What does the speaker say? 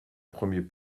premier